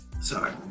sorry